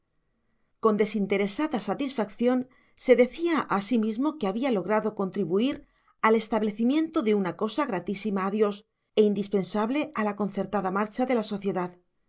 con desinteresada satisfacción se decía a sí mismo que había logrado contribuir al establecimiento de una cosa gratísima a dios e indispensable a la concertada marcha de la sociedad